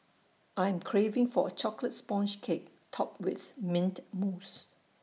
I am craving for A Chocolate Sponge Cake Topped with Mint Mousse